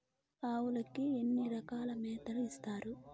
ఆవులకి ఎన్ని రకాల మేతలు ఇస్తారు?